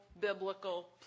biblical